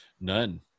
None